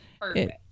perfect